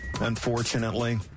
unfortunately